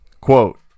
quote